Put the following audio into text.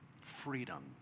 Freedom